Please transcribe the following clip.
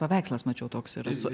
paveikslas mačiau toks ir su